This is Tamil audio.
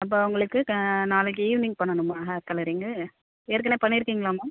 அப்போ உங்களுக்கு க நாளைக்கு ஈவ்னிங் பண்ணணுமா ஹேர் கலரிங்கு ஏற்கனே பண்ணியிருக்கீங்களா மேம்